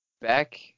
Back